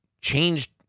changed